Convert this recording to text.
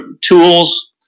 tools